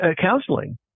counseling